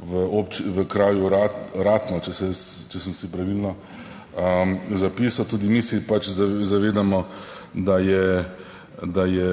v kraju Ratno, če sem si pravilno zapisal. Tudi mi se pač zavedamo, da je, da je